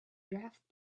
draft